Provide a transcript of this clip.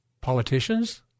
politicians